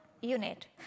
unit